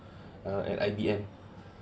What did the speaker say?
err at I_B_M